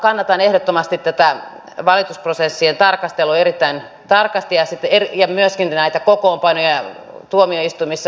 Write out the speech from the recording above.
kannatan ehdottomasti tätä valitusprosessien tarkastelua erittäin tarkasti ja myöskin liittyen näihin kokoonpanoihin tuomioistuimissa